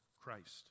Christ